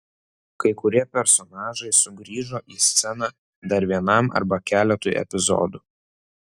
kai kurie personažai sugrįžo į sceną dar vienam arba keletui epizodų